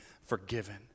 forgiven